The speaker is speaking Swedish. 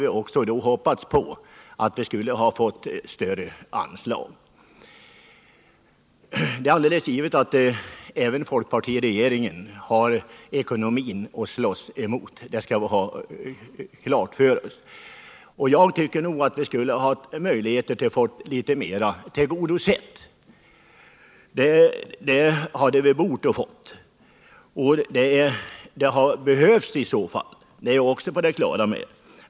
Vi hade hoppats på att få större anslag till dessa åtgärder. Men det är ju alldeles klart att även folkpartiregeringen hade ekonomin att slåss mot. Jag tycker att vi skulle ha haft möjligheter att få önskemålen litet mera tillgodosedda. Det borde vi ha fått, och det hade behövts i så fall — det är vi också på det klara med.